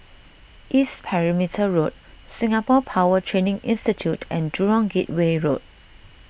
East Perimeter Road Singapore Power Training Institute and Jurong Gateway Road